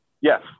yes